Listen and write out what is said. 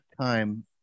time